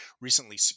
recently